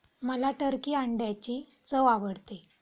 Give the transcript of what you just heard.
मला टर्की अंड्यांची चव आवडते